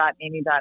Amy